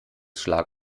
schlag